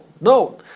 No